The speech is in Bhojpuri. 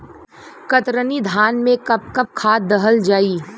कतरनी धान में कब कब खाद दहल जाई?